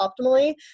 optimally